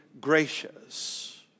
gracious